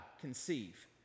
conceive